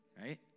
right